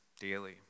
daily